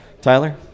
Tyler